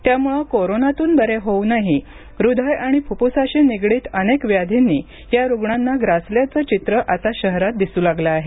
त्यामुळं कोरोनातून बरे होऊनही हृदय आणि फुप्फुसाशी निगडित अनेक व्याधींनी या रुग्णांना ग्रासल्याचं चित्र आता शहरात दिसू लागलं आहे